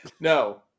No